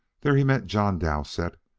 there he met john dowsett,